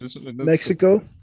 Mexico